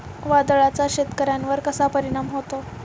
वादळाचा शेतकऱ्यांवर कसा परिणाम होतो?